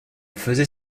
faisait